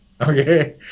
okay